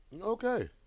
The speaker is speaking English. Okay